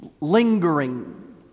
lingering